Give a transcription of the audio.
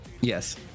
Yes